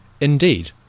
Indeed